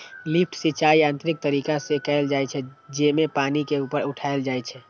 lift सिंचाइ यांत्रिक तरीका से कैल जाइ छै, जेमे पानि के ऊपर उठाएल जाइ छै